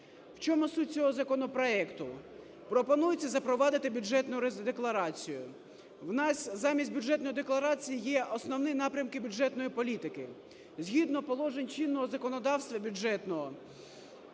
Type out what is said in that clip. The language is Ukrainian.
В чому суть цього законопроекту. Пропонується запровадити бюджетну декларацію. У нас замість бюджетної декларації є Основні напрямки бюджетної політики. Згідно положень чинного законодавства бюджетного